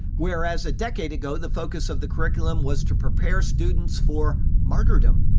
whereas a decade ago the focus of the curriculum was to prepare students for martyrdom.